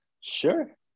sure